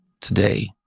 today